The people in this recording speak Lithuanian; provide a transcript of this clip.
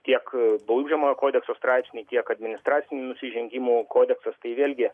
tiek baudžiamojo kodekso straipsniai tiek administracinių nusižengimų kodeksas tai vėlgi